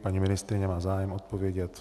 Paní ministryně má zájem odpovědět.